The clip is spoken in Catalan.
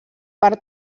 per